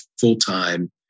full-time